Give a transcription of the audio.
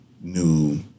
new